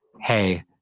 Hey